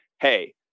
hey